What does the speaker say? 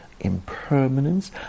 Impermanence